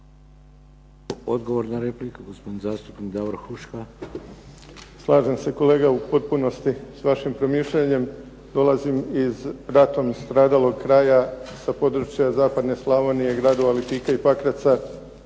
Odgovor na repliku, gospodin zastupnik Davor Huška. **Huška, Davor (HDZ)** Slažem se kolega u potpunosti sa vašim promišljanjem. Dolazim iz ratom stradalog kraja sa područja zapadne Slavonije i gradova Lipika i Pakraca